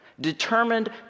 determined